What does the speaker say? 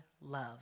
love